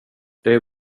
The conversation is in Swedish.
det